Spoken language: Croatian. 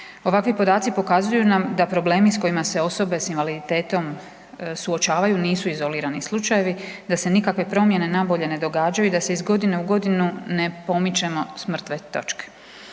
Ovakvi podaci pokazuju nam da problemi s kojima se osobe s invaliditetom suočavaju nisu izolirani slučajevi, da se nikakve promjene na bolje ne događaju, da se iz godine u godinu ne pomičemo s mrtve točke.